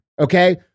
Okay